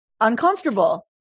uncomfortable